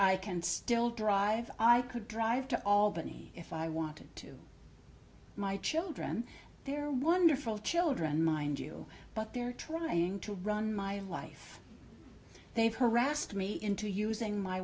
i can still drive i could drive to albany if i wanted to my children they're wonderful children mind you but they're trying to run my life they've harassed me into using my